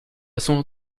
son